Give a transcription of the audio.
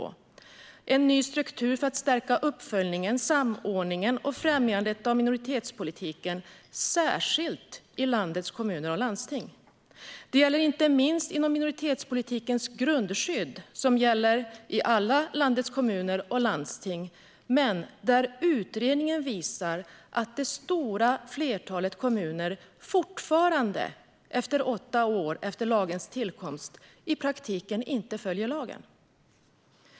Man föreslår också ny struktur för att stärka uppföljningen, samordningen och främjandet av minoritetspolitiken, särskilt i landets kommuner och landsting. Det gäller inte minst inom minoritetspolitikens grundskydd, som gäller i alla landets kommuner och landsting. Utredningen visar att det stora flertalet kommuner fortfarande, åtta år efter lagens tillkomst, i praktiken inte följer lagen.